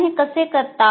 आपण हे कसे करू शकता